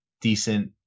decent